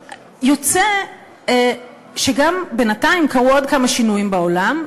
יוצא שבינתיים גם קרו עוד כמה שינויים בעולם,